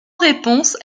réponse